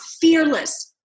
fearless